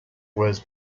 was